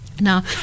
Now